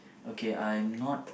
okay I'm not